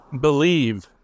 believe